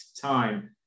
time